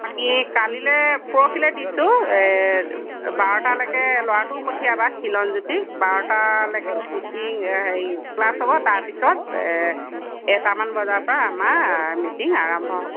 আমি কালিলৈ পৰখিলৈ দিছোঁ বাৰটালৈকে ল'ৰাটোকো পঠিয়াবা খিলঞ্জ্যোতিক বাৰটালৈকে মিটিং হেৰি ক্লাছ হ'ব তাৰপিছত এটামান বজাৰপৰা আমাৰ মিটিং আৰম্ভ হ'ব